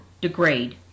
degrade